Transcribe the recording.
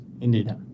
indeed